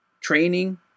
training